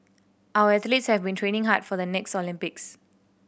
our athletes have been training hard for the next Olympics